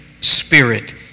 spirit